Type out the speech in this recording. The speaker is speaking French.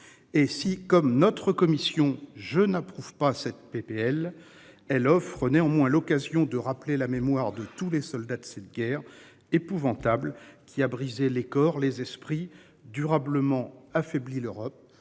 Et si comme notre commission je n'approuve pas cette PPL elle offre néanmoins l'occasion de rappeler la mémoire de tous les soldats de cette guerre épouvantable qui a brisé les corps, les esprits durablement affaibli l'Europe,